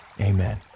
Amen